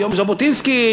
יום ז'בוטינסקי,